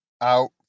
out